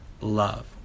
love